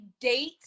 date